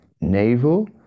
navel